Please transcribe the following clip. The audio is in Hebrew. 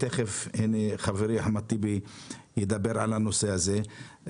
תכף חברי אחמד טיבי ידבר על הנושא הזה.